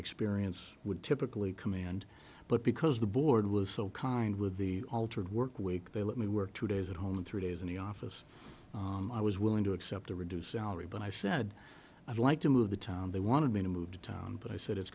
experience would typically command but because the board was so kind with the altered work week they let me work two days at home and three days in the office i was willing to accept a reduced salary but i said i'd like to move the town they wanted me to move to town but i said it's